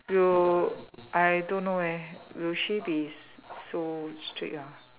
we'll I don't know eh will she be so strict ah